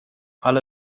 alle